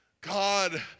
God